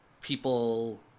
people